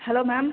hello ma'am